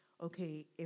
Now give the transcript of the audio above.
okay